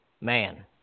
man